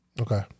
Okay